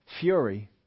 fury